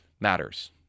matters